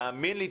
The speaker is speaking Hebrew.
תאמין לי,